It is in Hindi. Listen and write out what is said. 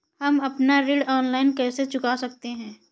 हम अपना ऋण ऑनलाइन कैसे चुका सकते हैं?